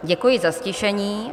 Děkuji za ztišení.